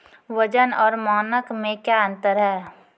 वजन और मानक मे क्या अंतर हैं?